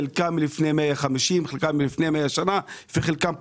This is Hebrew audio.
חלקם לפני 150 שנים וחלקם לפני 100 שנים וחלקם פחות.